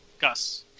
Gus